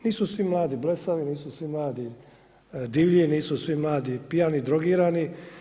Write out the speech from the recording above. Nisu svi mladi blesavi, nisu svi mladi divlji, nisu svi mladi pijani i drogiran.